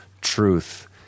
truth